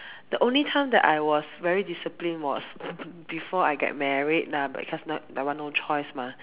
the only time that I was very disciplined was before I get married lah because not that one no choice mah